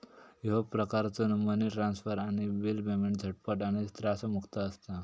ह्यो प्रकारचो money transfer आणि बिल पेमेंट झटपट आणि त्रासमुक्त असता